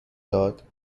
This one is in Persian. داد